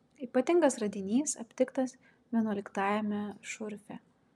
ypatingas radinys aptiktas vienuoliktajame šurfe